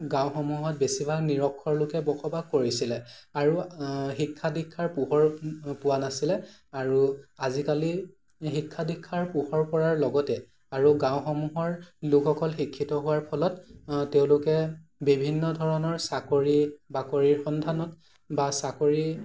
গাঁওসমূহত বেছিভাগ নিৰক্ষৰ মানুহে বসবাস কৰিছিলে আৰু শিক্ষা দীক্ষাৰ পোহৰ পোৱা নাছিলে আৰু আজিকালি শিক্ষা দীক্ষাৰ পোহৰ পোৱাৰ লগতে আৰু গাঁওসমূহৰ লোকসকল শিক্ষিত হোৱাৰ ফলত তেওঁলোকে বিভিন্ন ধৰণৰ চাকৰি বাকৰিৰ সন্ধানত বা চাকৰি